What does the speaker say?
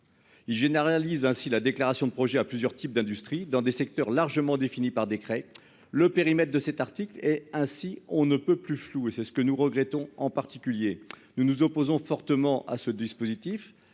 Ygéna réalise ainsi la déclaration de projet à plusieurs types d'industries dans des secteurs largement défini par décret le périmètre de cet article et ainsi on ne peut plus floue, et c'est ce que nous regrettons en particulier nous nous opposons fortement à ce dispositif,